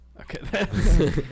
Okay